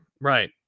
Right